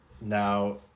Now